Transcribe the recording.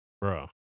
bro